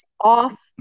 off